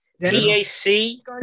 P-A-C